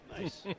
Nice